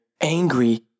angry